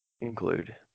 include